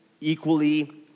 equally